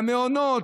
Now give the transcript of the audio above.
במעונות,